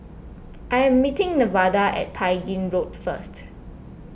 I am meeting Nevada at Tai Gin Road first